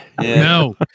No